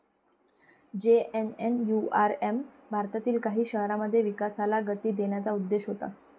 JNNURM भारतातील काही शहरांमध्ये विकासाला गती देण्याचा उद्देश होता